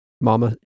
Mama